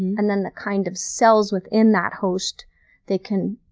and then the kind of cells within that host they can